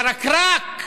ירקרק,